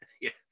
Yes